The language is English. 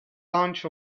bunch